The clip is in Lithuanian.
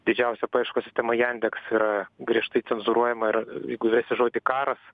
didžiausia paieškos sistema jandeks yra griežtai cenzūruojama ir jeigu įvesi žodį karas